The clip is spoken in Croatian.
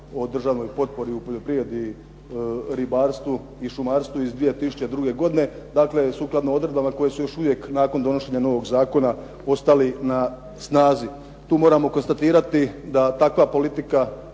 o državnoj potpori u poljoprivredi, ribarstvu i šumarstvu iz 2002. godine, dakle sukladno odredbama koje su još uvijek nakon donošenja novog zakona ostali na snazi. Tu moramo konstatirati da takva politika